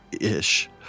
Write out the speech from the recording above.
Ish